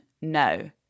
No